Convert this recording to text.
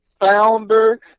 founder